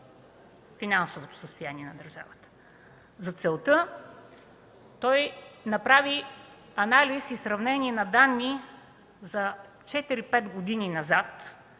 финансовото състояние на държавата. За целта той направи анализ и сравнение на данни за четири-пет години назад,